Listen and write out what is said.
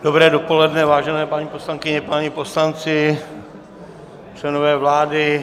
Dobré dopoledne, vážené paní poslankyně, páni poslanci, členové vlády.